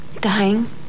Dying